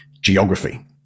Geography